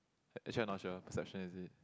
actually I not sure perception is it